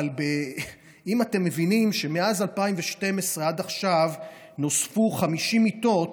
אבל אם אתם מבינים שמאז 2012 ועד עכשיו נוספו 50 מיטות,